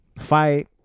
fight